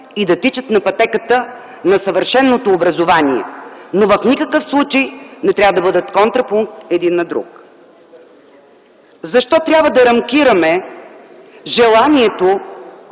и да тичат на пътеката на съвършеното образование. Но в никакъв случай не трябва да бъдат контрапункт един на друг. Защо трябва да рамкираме желанието,